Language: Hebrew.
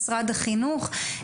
משרד החינוך.